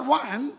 one